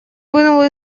вынул